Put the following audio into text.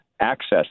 access